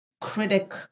critic